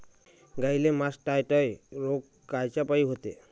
गाईले मासटायटय रोग कायच्यापाई होते?